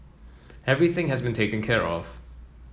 everything has been taken care of